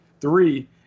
three